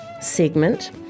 segment